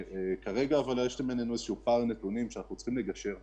כרגע יש בינינו איזה שהוא פער נתונים שאנחנו צריכים לגשר עליו.